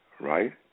right